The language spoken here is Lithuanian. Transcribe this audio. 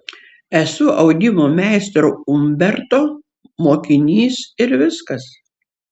esu audimo meistro umberto mokinys ir viskas